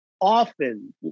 Often